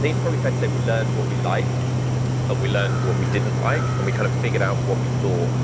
think it's probably fair to say we learned what we liked and we learned what we didn't like and we kind of figured out what we thought